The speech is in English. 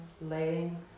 laying